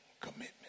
commitment